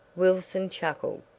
wilson chuckled.